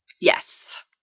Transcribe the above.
yes